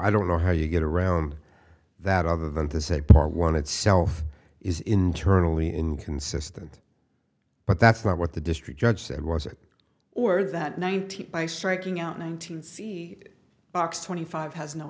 i don't know how you get around that other than to set the bar one itself is internally inconsistent but that's not what the district judge said was it or that nineteen by striking out nineteen see box twenty five has no